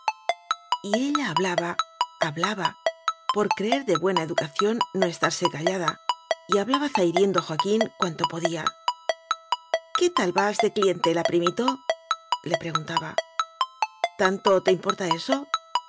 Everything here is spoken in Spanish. ella hablaba hablaba por creer de buena educación no estarse callada y hablaba zahiriendo a joaquín cuanto po día qué tal vas de clientela primito le preguntaba tanto te importa eso